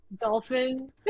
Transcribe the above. dolphin